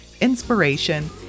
inspiration